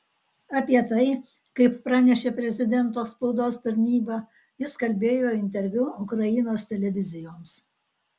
apie tai kaip pranešė prezidento spaudos tarnyba jis kalbėjo interviu ukrainos televizijoms